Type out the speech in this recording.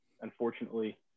unfortunately